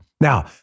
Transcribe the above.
Now